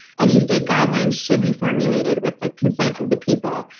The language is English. any state guidelines should be formulated with the consent of the people,